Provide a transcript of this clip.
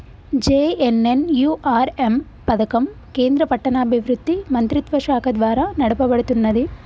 JNNURM పథకం కేంద్ర పట్టణాభివృద్ధి మంత్రిత్వశాఖ ద్వారా నడపబడుతున్నది